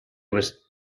was